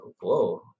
Whoa